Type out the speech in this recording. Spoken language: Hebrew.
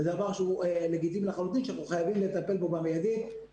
זה דבר שהוא לגיטימי לחלוטין שאנחנו חייבים לטפל בו מיידית.